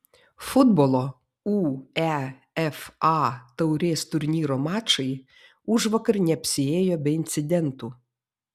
futbolo uefa taurės turnyro mačai užvakar neapsiėjo be incidentų